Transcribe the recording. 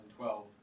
2012